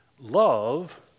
love